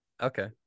Okay